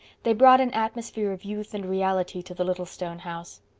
they brought an atmosphere of youth and reality to the little stone house.